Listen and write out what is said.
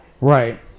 Right